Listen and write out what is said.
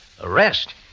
Arrest